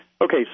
Okay